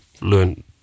learn